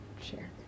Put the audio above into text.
share